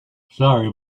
sorry